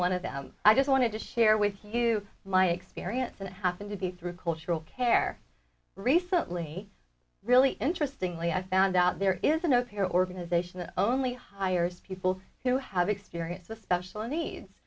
one of them i just wanted to share with you my experience and happened to be through cultural care recently really interesting lee i found out there is a note here organization that only hires people who have experience with special needs